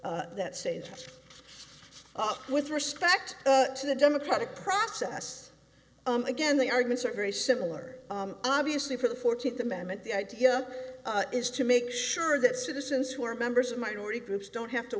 that say just with respect to the democratic process again the arguments are very similar obviously for the fourteenth amendment the idea is to make sure that citizens who are members of minority groups don't have to